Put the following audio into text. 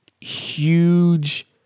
Huge